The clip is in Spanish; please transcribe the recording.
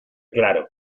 claro